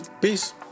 Peace